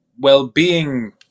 Well-being